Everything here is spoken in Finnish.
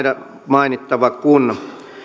mainittava kun